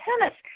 tennis